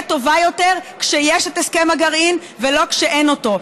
טובה יותר כשיש את הסכם הגרעין ולא כשאין אותו.